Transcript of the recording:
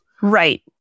Right